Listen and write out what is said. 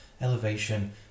elevation